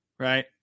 Right